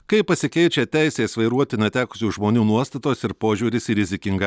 kaip pasikeičia teisės vairuoti netekusių žmonių nuostatos ir požiūris į rizikingą